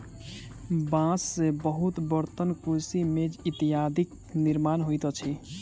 बांस से बहुत बर्तन, कुर्सी, मेज इत्यादिक निर्माण होइत अछि